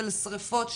של שריפות,